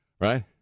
Right